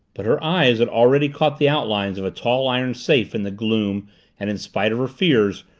but her eyes had already caught the outlines of a tall iron safe in the gloom and in spite of her fears,